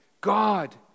God